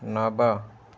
नव